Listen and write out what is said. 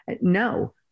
No